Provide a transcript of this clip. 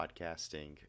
podcasting